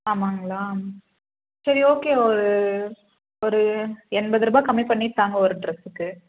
ஆமாங்களா சரி ஓகே ஒரு ஒரு எண்பது ரூபாய் கம்மி பண்ணி தாங்க ஒரு ட்ரெஸுக்கு